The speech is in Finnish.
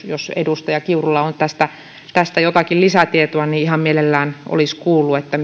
jos edustaja kiurulla on tästä tästä jotakin lisätietoa niin ihan mielelläni olisin kuullut